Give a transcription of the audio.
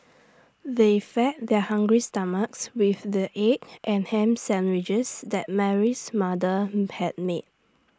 they fed their hungry stomachs with the egg and Ham Sandwiches that Mary's mother had made